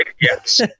Yes